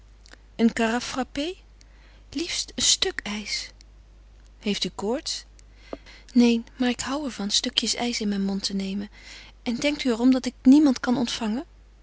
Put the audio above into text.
caraffe frappée liefst een stukje ijs heeft u koorts neen maar ik hoû er van stukjes in mijn mond te nemen en denkt u er om dat ik niemand kan ontvangen